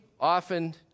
often